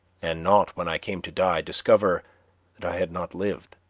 and not, when i came to die, discover that i had not lived.